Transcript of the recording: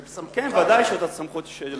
זה בסמכות, ודאי שזאת הסמכות שלו.